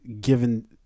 given